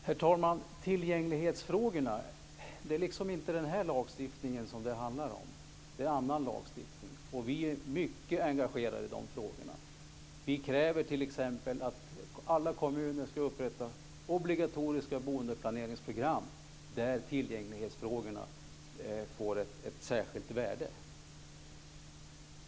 Herr talman! Tillgänglighetsfrågorna är liksom inte aktuella i den här lagstiftningen. Det är annan lagstiftning, och vi är mycket engagerade i de frågorna. Vi kräver t.ex. att alla kommuner ska upprätta obligatoriska boendeplaneringsprogram, där tillgänglighetsfrågorna får ett särskilt värde.